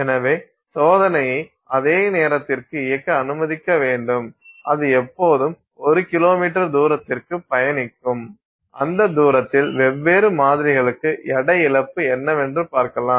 எனவே சோதனையை அதே நேரத்திற்கு இயக்க அனுமதிக்க வேண்டும் அது எப்போதும் 1 கிலோமீட்டர் தூரத்திற்கு பயணிக்கும் அந்த தூரத்தில் வெவ்வேறு மாதிரிகளுக்கு எடை இழப்பு என்னவென்று பார்க்கலாம்